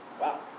Wow